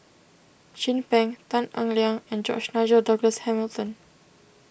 Chin Peng Tan Eng Liang and George Nigel Douglas Hamilton